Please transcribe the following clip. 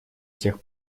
тех